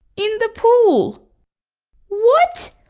in the pool what!